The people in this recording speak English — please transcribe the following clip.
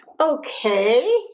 Okay